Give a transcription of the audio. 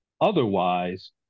Otherwise